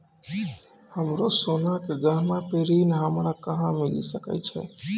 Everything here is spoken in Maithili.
हमरो सोना के गहना पे ऋण हमरा कहां मिली सकै छै?